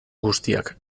guztiak